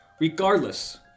Regardless